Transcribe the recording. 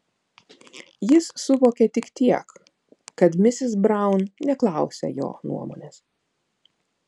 jis suvokė tik tiek kad misis braun neklausia jo nuomonės